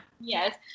Yes